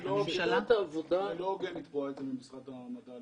בשנת העבודה --- זה לא הוגן לתבוע את זה ממשרד המדע,